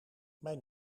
mijn